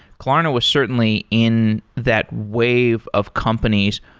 klarna was certainly in that wave of companies.